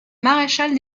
maréchal